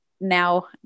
now